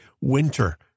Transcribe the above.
winter